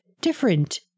different